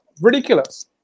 Ridiculous